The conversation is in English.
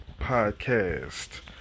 podcast